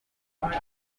bwonko